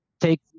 take